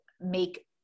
make